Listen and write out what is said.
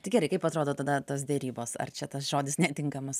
tai gerai kaip atrodo tada tos derybos ar čia tas žodis netinkamas